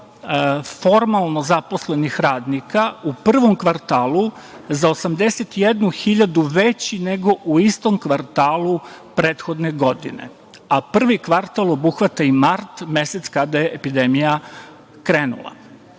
formalno zaposlenih radnika u prvom kvartalu za 81.000 veći nego u istom kvartalu prethodne godine, a prvi kvartal obuhvata i mart mesec, kada je epidemija krenula.